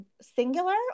singular